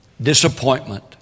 disappointment